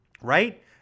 right